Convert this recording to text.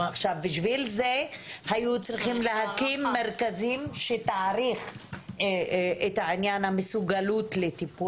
בשביל זה היו צריכים להקים מרכזים להעריך את עניין המסוגלות לטיפול,